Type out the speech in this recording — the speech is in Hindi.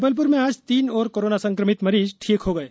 जबलपुर में आज तीन और कोरोना संकमित मरीज ठीक हो गये